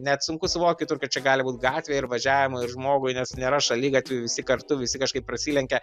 net sunku suvokt kitur kad čia gali būt gatvė ir važiavimo ir žmogui nes nėra šaligatvių visi kartu visi kažkaip prasilenkia